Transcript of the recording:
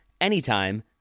anytime